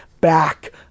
back